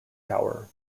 tower